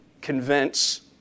Convince